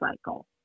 cycle